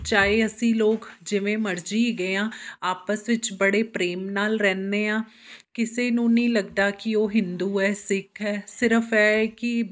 ਚਾਹੇ ਅਸੀਂ ਲੋਕ ਜਿਵੇਂ ਮਰਜ਼ੀ ਹੈਗੇ ਹਾਂ ਆਪਸ ਵਿੱਚ ਬੜੇ ਪ੍ਰੇਮ ਨਾਲ ਰਹਿੰਦੇ ਹਾਂ ਕਿਸੇ ਨੂੰ ਨਹੀਂ ਲੱਗਦਾ ਕਿ ਉਹ ਹਿੰਦੂ ਹੈ ਸਿੱਖ ਹੈ ਸਿਰਫ ਇਹ ਹੈ ਕਿ